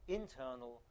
internal